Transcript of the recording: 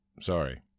Sorry